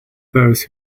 those